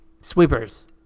Sweepers